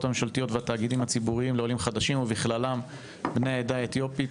הממשלתיות והתאגידים הציבוריים ובכללם בני העדה האתיופית.